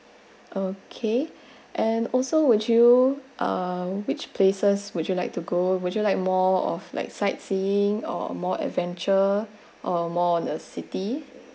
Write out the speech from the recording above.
okay and also would you um which places would you like to go would you like more of like sightseeing or more adventure or more on a city